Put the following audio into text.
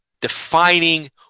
defining